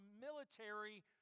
military